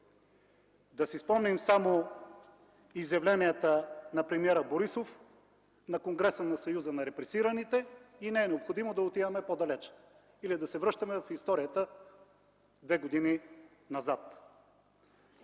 Да си спомним изявленията на премиера Борисов на Конгреса на Съюза на репресираните. Не е необходимо да отиваме по-далеч или да се връщаме в историята две години назад.